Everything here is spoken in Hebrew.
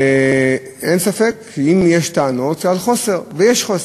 ואין ספק שאם יש טענות, זה על חוסר, ויש חוסר.